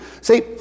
See